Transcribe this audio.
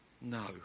No